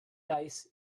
dice